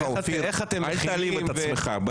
אופיר, אל תעליב את עצמך.